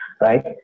right